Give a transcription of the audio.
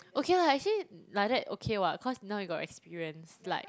okay lah you see like that okay what cause now you got experience like